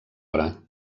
hora